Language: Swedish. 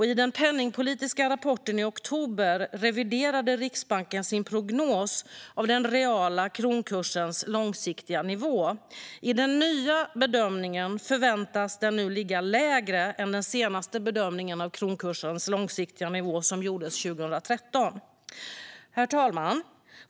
I den penningpolitiska rapporten i oktober reviderade Riksbanken sin prognos av den reala kronkursens långsiktiga nivå. I den nya bedömningen förväntades den ligga lägre än i den senaste bedömningen av kronkursens långsiktiga nivå, som gjordes 2013. Herr talman!